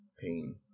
pain